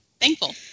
thankful